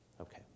Okay